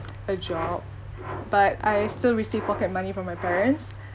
a job but I still receive pocket money from my parents